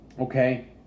Okay